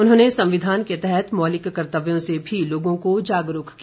उन्होंने संविधान के तहत मौलिक कर्तव्यों से भी लोगों को जागरूक किया